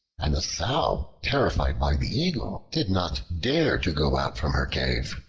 and the sow, terrified by the eagle, did not dare to go out from her cave.